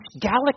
galaxy